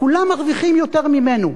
כולם מרוויחים יותר ממנו,